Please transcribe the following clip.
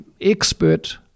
expert